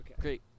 great